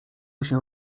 się